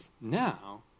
now